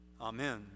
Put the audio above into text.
Amen